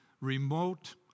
remote